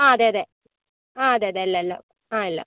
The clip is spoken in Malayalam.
ആ അതെ അതെ ആ അതെ അതെയെല്ലാം എല്ലാം ആ എല്ലാം